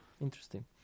interesting